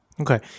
Okay